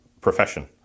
profession